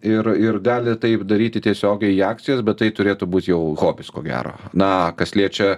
ir ir gali taip daryti tiesiogiai į akcijas bet tai turėtų būt jau hobis ko gero na kas liečia